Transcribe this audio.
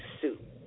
suit